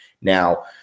Now